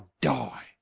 die